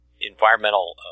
environmental